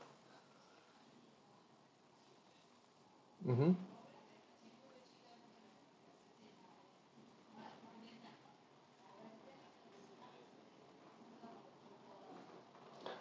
mmhmm